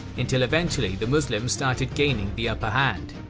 until eventually the muslims started gaining the upper hand.